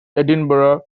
edinburgh